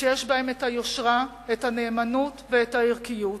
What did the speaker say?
שיש בהם היושרה, הנאמנות והערכיות